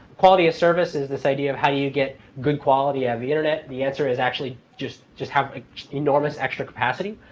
quality of service is this idea of how do you get good quality of the internet? the answer is actually just just have an enormous extra capacity.